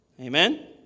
Amen